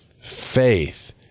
Faith